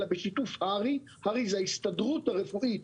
אלא בשיתוף הר"י זו ההסתדרות הרפואית